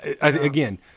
again